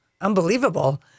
unbelievable